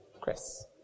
Chris